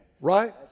Right